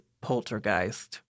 poltergeist